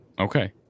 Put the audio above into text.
Okay